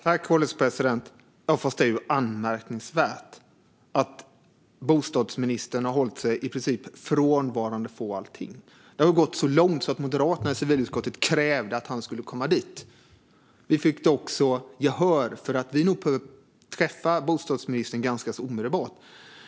Herr ålderspresident! Det är anmärkningsvärt att bostadsministern i princip har hållit sig frånvarande från allting. Det har gått så långt att Moderaterna i civilutskottet krävde att han skulle komma dit. Vi fick också gehör för att vi nog behövde träffa bostadsministern ganska omedelbart.